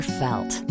felt